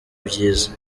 byiza